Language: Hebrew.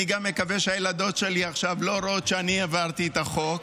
אני גם מקווה שהילדות שלי עכשיו לא רואות שאני העברתי את החוק.